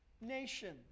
nation